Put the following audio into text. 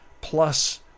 plus